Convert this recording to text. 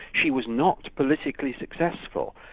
she was not politically successful.